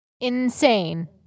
Insane